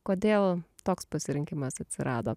kodėl toks pasirinkimas atsirado